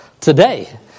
today